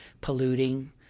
polluting